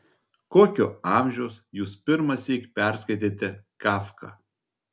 kokio amžiaus jūs pirmąsyk perskaitėte kafką